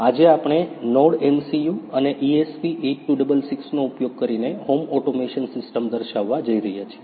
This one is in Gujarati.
આજે આપણે NodeMCU અને ESP8266 નો ઉપયોગ કરીને હોમ ઓટોમેશન સિસ્ટમ દર્શાવવા જઈ રહ્યા છીએ